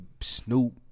Snoop